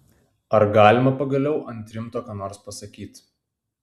ar galima pagaliau ant rimto ką nors pasakyt